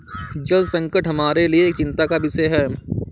जल संकट हमारे लिए एक चिंता का विषय है